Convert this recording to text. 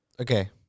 okay